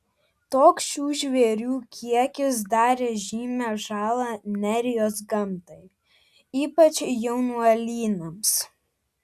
toks šių žvėrių kiekis darė žymią žalą nerijos gamtai ypač jaunuolynams